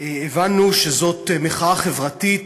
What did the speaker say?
הבנו שזאת מחאה חברתית,